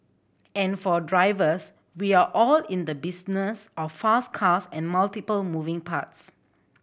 and for drivers we are all in the business of fast cars and multiple moving parts